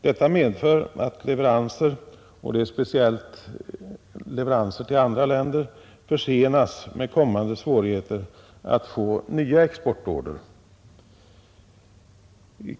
Detta medför att leveranser — speciellt leveranser till andra länder — försenas, vilket leder till kommande svårigheter att få nya exportorder.